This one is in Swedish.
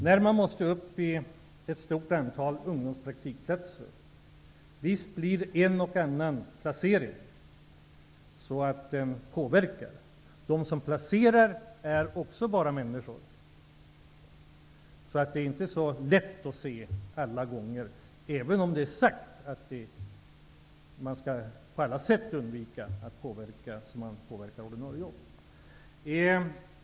När man måste upp i ett stort antal ungdomspraktikplatser blir en och annan placering sådan att den påverkar ordinarie arbetsmarknad. De som placerar är också bara människor. Det är inte så lätt alla gånger, även om det är sagt att man på alla sätt skall undvika att påverka ordinarie jobb.